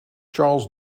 charles